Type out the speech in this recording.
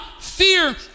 fear